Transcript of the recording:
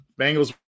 Bengals